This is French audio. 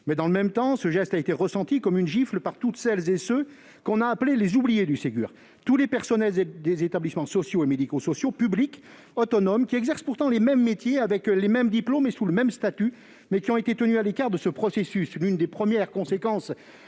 dans le même temps, ce geste a été ressenti comme une gifle par toutes celles et tous ceux que l'on a appelés les « oubliés du Ségur »: tous les personnels des établissements sociaux et médico-sociaux publics autonomes, qui exercent pourtant les mêmes métiers, avec les mêmes diplômes et sous le même statut, ont été tenus à l'écart de ce processus. L'une des premières conséquences